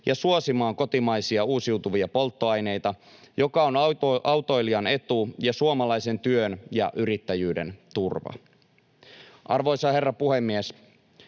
ja suosimaan kotimaisia uusiutuvia polttoaineita, mikä on autoilijan etu ja suomalaisen työn ja yrittäjyyden turva. Arvoisa herra puhemies!